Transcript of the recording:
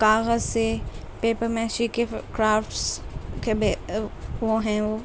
کاغذ سے paper matching کے کرافٹس کے وہ ہیں وہ